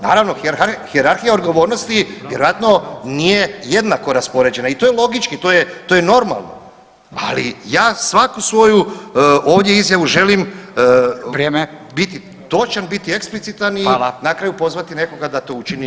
Naravno, hijerarhija odgovornosti vjerojatno nije jednako raspoređena i to je logički, to je normalno, ali ja svaku svoju ovdje izjavu želim [[Upadica: Vrijeme.]] biti točan, biti eksplicitan i na kraju pozvati nekoga da to učini